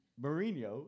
Mourinho